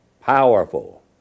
Powerful